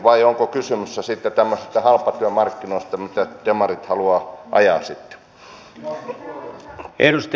vai onko kysymys sitten tämmöisistä halpatyömarkkinoista mitä demarit haluavat sitten ajaa